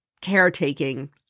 caretaking